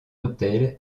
autel